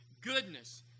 goodness